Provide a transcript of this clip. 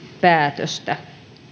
päätöstä